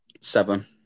Seven